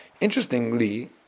Interestingly